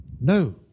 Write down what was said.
No